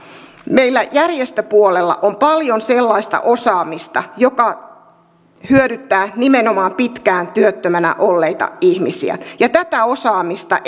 meillä järjestöpuolella on paljon sellaista osaamista joka hyödyttää nimenomaan pitkään työttöminä olleita ihmisiä tätä osaamista